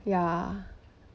ya